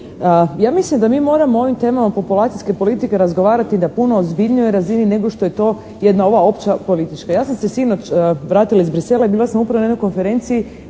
Ja mislim da mi moramo o ovim temama populacijske politike razgovarati na puno ozbiljnijoj razini nego što je to jedna ova opća politička. Ja sam se sinoć vratila iz Bruxellesa i bila sam upravo na jednoj konferenciji